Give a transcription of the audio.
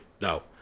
No